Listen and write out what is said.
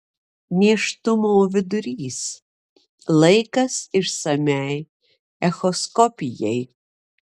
nėštumo vidurys laikas išsamiai echoskopijai